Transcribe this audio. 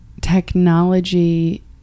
technology